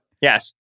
Yes